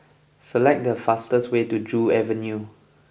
select the fastest way to Joo Avenue